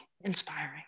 inspiring